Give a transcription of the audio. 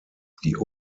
die